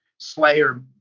Slayer